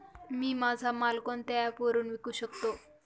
मी माझा माल कोणत्या ॲप वरुन विकू शकतो?